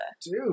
Dude